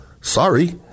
Sorry